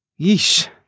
yeesh